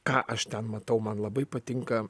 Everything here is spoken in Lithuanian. ką aš ten matau man labai patinka